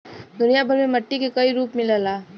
दुनिया भर में मट्टी के कई रूप मिलला